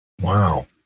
Wow